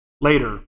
Later